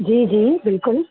जी जी बिल्कुलु